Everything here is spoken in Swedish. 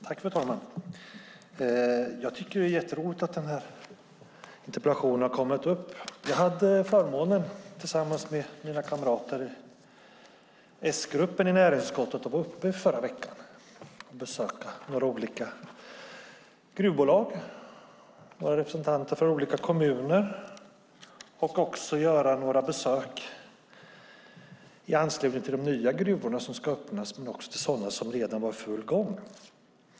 Fru talman! Jag tycker att det är jätteroligt att denna interpellation har kommit upp. Jag hade förmånen att tillsammans med mina kamrater i S-gruppen i näringsutskottet i förra veckan åka upp och besöka några olika gruvbolag. Vi träffade också representanter från olika kommuner och gjorde några besök i anslutning till de nya gruvor som ska öppnas och i sådana som redan är i full gång.